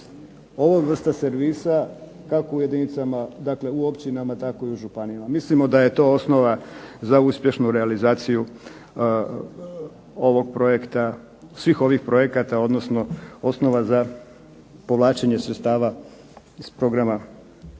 ovog jednog servisa kako u jedinicama, dakle u općinama tako i u županijama. Mislimo da je to osnova za uspješnu realizaciju svih ovih projekata odnosno osnova za povlačenje sredstava iz programa Europske